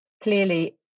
Clearly